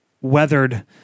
weathered